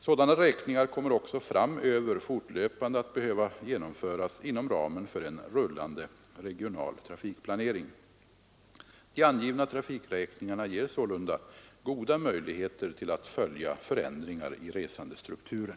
Sådana räkningar kommer också framöver fortlöpande att behöva genomföras inom ramen för en ”rullande” regional trafikplanering. De angivna trafikräkningarna ger sålunda goda möjligheter till att följa förändringar i resandestrukturen.